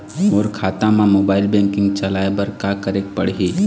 मोर खाता मा mobile banking चलाए बर का करेक पड़ही?